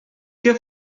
què